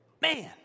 Man